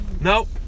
Nope